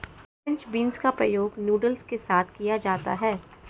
French beans का प्रयोग noodles के साथ किया जाता है